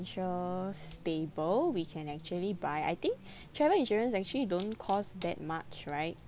stable we can actually buy I think travel insurance actually don't cost that much right